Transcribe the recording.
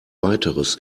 weiteres